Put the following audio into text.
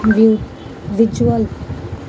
visual